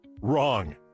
Wrong